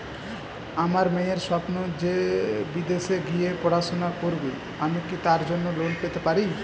আমার মেয়ের স্বপ্ন সে বিদেশে গিয়ে পড়াশোনা করবে আমি কি তার জন্য লোন পেতে পারি?